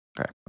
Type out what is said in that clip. Okay